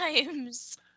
times